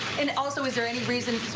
and also, is there any reason,